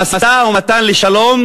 המשא-ומתן לשלום